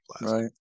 right